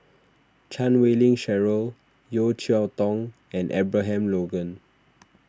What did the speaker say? Chan Wei Ling Cheryl Yeo Cheow Tong and Abraham Logan